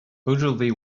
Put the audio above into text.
ogilvy